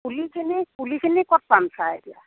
পুলিখিনি পুলিখিনি ক'ত পাম ছাৰ এতিয়া